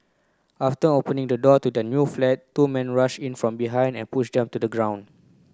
after opening the door to their new flat two men rushed in from behind and pushed them to the ground